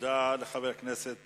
תודה לחבר הכנסת